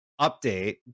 update